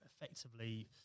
effectively